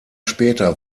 später